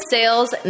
Sales